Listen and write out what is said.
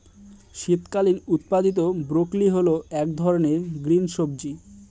শীতকালীন উৎপাদীত ব্রোকলি হল এক ধরনের গ্রিন সবজি